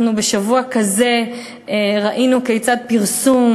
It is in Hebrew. אנחנו בשבוע הזה ראינו כיצד פרסום